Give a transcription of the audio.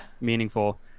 meaningful